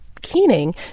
keening